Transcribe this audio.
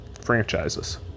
franchises